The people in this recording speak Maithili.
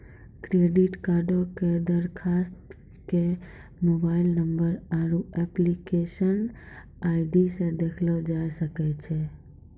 क्रेडिट कार्डो के दरखास्त के मोबाइल नंबर आरु एप्लीकेशन आई.डी से देखलो जाय सकै छै